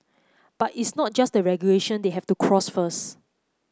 but it's not just the regulation they have to cross first